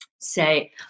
say